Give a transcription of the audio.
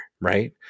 right